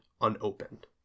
unopened